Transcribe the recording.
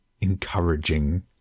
encouraging